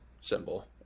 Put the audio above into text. symbol